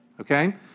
Okay